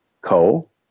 coal